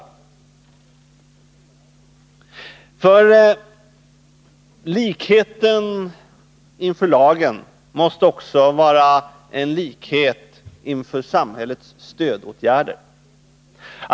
På samma sätt som vi måste ha likhet inför lagen måste vi ha likhet inför samhällets stödåtgärder.